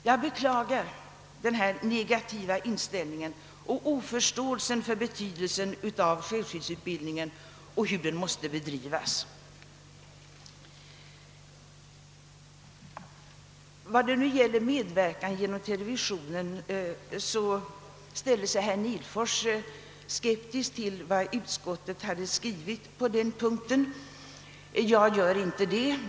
Jag beklagar denna negativa inställning och den bristande förståelsen för betydelsen av självskyddsutbildningen och hur den måste bedrivas. Vad beträffar medverkan genom televisionen ställer sig herr Nihlfors skeptisk till vad utskottet skrivit på den punkten. Jag gör inte det.